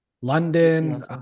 London